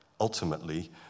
Ultimately